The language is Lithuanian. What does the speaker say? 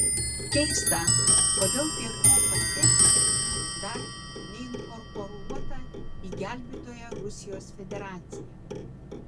keista kodėl pietų osetija dar neinkorporuota į gelbėtoją rusijos federaciją